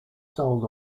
sold